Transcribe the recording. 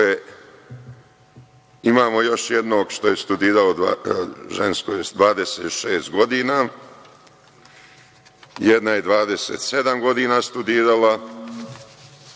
imamo još jednog što je studirao, žensko je, 26 godina, jedna je 27 godina studirala,